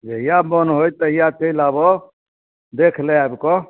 जहिया मन होइ तहिया चलि आबऽ देखै लए आबि कऽ